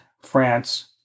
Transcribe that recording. France